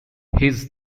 his